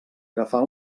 agafar